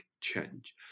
change